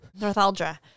Northaldra